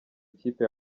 ikipe